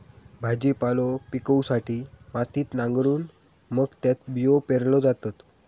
भाजीपालो पिकवूसाठी मातीत नांगरून मग त्यात बियो पेरल्यो जातत